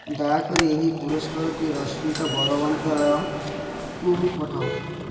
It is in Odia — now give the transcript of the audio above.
ଦୟାକରି ଏହି ପୁରସ୍କାରଟି ରଶ୍ମିତା ବଳବନ୍ତରାୟଙ୍କୁ ପଠାଅ